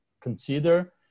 consider